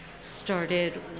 started